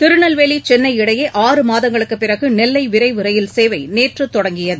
திருநெல்வேலி சென்னை இடையே ஆறு மாதங்களுக்கு பிறகு நெல்லை விரைவு ரயில் சேவை நேற்று தொடங்கியது